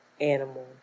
animal